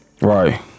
Right